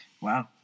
Wow